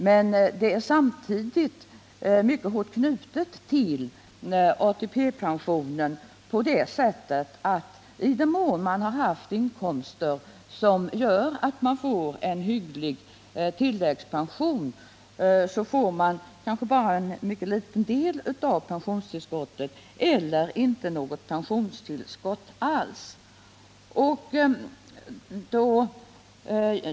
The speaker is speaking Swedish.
Men tillägget är samtidigt mycket hårt knutet till ATP-pensionen på det sättet att man, i den mån man har haft inkomster som gör att man får en hygglig tilläggspension, kanske bara får en mycket liten del av pensionstillskottet eller inte något pensionstillskott alls.